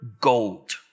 gold